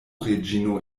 reĝino